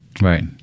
Right